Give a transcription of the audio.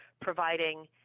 providing